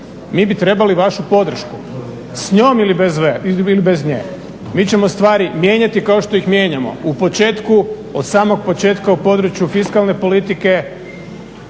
mi bi trebali vašu podršku. S njom ili bez nje mi ćemo stvari mijenjati kao što ih mijenjamo. U početku, od samog početka u području fiskalne politike,